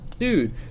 Dude